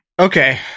Okay